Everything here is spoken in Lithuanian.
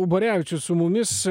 ubarevičius su mumis